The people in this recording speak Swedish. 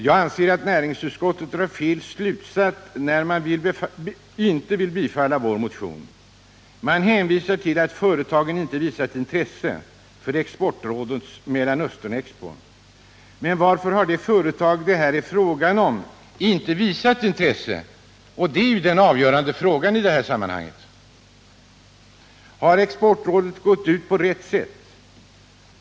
Jag anser att näringsutskottet drar fel slutsats när det inte vill att riksdagen skall bifalla vår motion. Man hänvisar till att företagen inte visat intresse för Exportrådets Mellanösternexpo. Men varför har de företag det här är fråga om inte visat intresse? Det är ju den avgörande frågan. Har Exportrådet gått ut på rätt sätt?